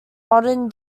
modern